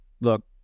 Look